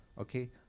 okay